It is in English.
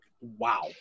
Wow